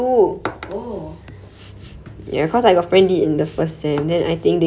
where is my oh